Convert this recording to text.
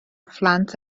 phlant